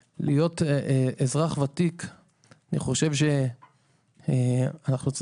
אני חושב שכשאנחנו מסתכלים על אזרח ותיק,